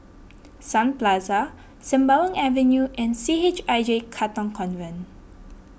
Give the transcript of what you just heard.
Sun Plaza Sembawang Avenue and C H I J Katong Convent